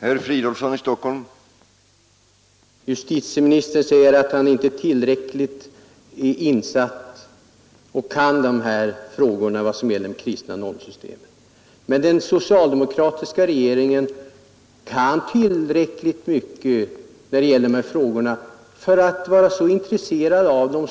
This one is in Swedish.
Herr talman! Justitieministern säger att han inte är tillräckligt insatt i det kristna normsystemet. Men faktum är att den socialdemokratiska regeringen diskuterar dessa värderingar och